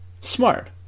smart